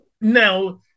Now